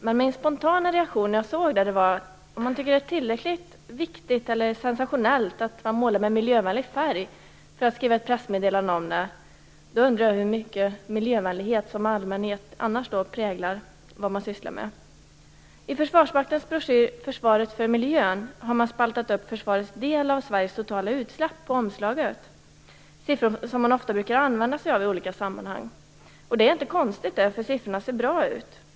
Men min spontana reaktion var att om man tycker att det är så viktigt och sensationellt att måla med miljövänlig färg att man skriver ett pressmeddelande om det, då undrar jag hur stor miljömedvetenhet som annars präglar det som man sysslar med. I Försvarsmaktens broschyr Försvaret för miljön har man på omslaget spaltat upp försvarets del av Sveriges totala utsläpp. Det är siffror som man ofta brukar använda sig av i olika sammanhang. Det är inte konstigt, eftersom siffrorna ser bra ut.